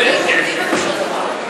איך זה יכול להיות?